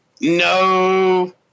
no